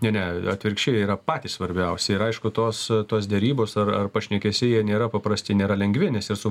ne ne atvirkščiai yra patys svarbiausi ir aišku tos tos derybos ar ar pašnekesiai jie nėra paprasti nėra lengvi nes jie su